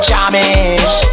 Jamish